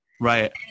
Right